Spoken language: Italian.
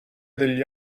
degli